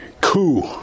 coup